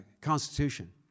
Constitution